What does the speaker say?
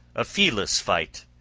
a feeless fight,